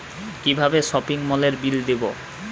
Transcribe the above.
কিভাবে সপিং মলের বিল দেবো?